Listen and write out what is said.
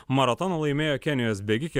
maratoną laimėjo kenijos bėgikė